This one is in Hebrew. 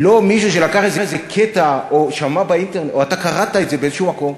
לא מישהו שלקח איזה קטע או שקראת את זה באיזשהו מקום.